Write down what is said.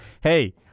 hey